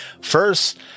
First